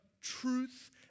truth